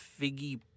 figgy